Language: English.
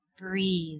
Breathe